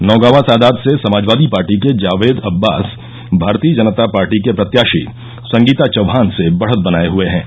नौगावां सादात से समाजवादी पार्टी के जावेद अब्बास भारतीय जनता पार्टी के प्रत्याशी संगीता चौहान से बढ़त बनाये हुये हैँ